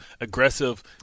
aggressive